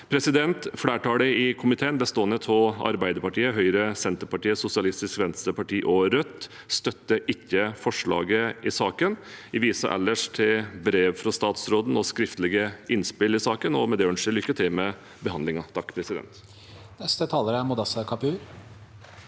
fast. Flertallet i komiteen, bestående av Arbeiderpartiet, Høyre, Senterpartiet, Sosialistisk Venstreparti og Rødt, støtter ikke forslaget i saken. Vi viser ellers til brev fra statsråden og skriftlige innspill i saken. Med det ønsker jeg lykke til med behandlingen. Mudassar